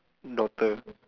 daughter